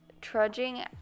trudging